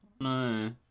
no